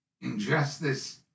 injustice